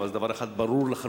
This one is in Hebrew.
אבל דבר ברור לחלוטין,